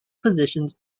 positions